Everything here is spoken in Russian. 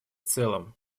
целом